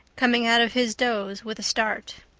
coming out of his doze with a start.